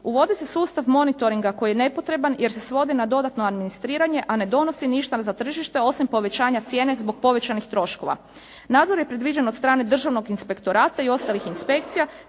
Uvodi se sustav monitoringa koji je nepotreban jer se svodi na dodatno administriranje, a ne donosi ništa za tržište osim povećanja cijene zbog povećanih troškova. Nadzor je predviđen od strane Državnog inspektorata i ostalih inspekcija